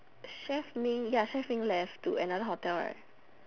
chef Ming ya chef Ming left to another hotel right